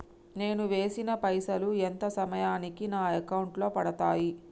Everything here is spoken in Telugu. నేను వేసిన పైసలు ఎంత సమయానికి నా అకౌంట్ లో పడతాయి?